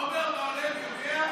עמר בר לב יודע?